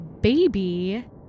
baby